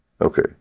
Okay